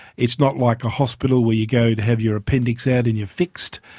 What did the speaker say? it's not like a hospital where you go to have your appendix out and you're fixed.